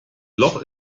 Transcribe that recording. loch